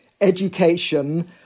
education